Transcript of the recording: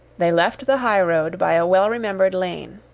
they left the high-road, by a well-remembered lane,